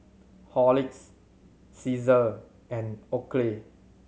Horlicks Cesar and Oakley